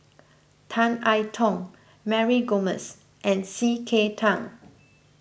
Tan I Tong Mary Gomes and C K Tang